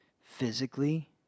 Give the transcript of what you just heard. physically